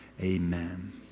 Amen